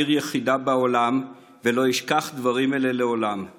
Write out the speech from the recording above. עיר יחידה בעולם / ולא ישכח דברים אלה לעולם //